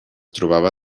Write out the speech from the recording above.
trobava